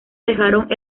dejaron